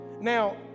Now